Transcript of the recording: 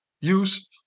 use